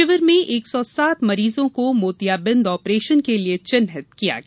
शिविर में एक सौ सात मरीजों को मोतियाबिन्द ऑपरेशन के लिए चिन्हित किया गया